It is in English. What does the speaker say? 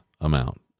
amount